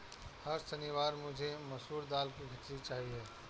हर शनिवार मुझे मसूर दाल की खिचड़ी चाहिए